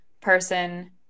person